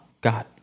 God